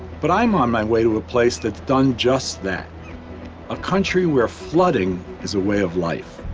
but i'm on my way to a place that's done just that a country where flooding is a way of life.